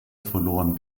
verloren